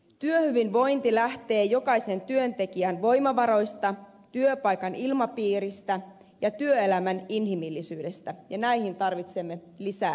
työhyvinvointi lähtee jokaisen työntekijän voimavaroista työpaikan ilmapiiristä ja työelämän inhimillisyydestä ja näihin tarvitsemme lisää resursseja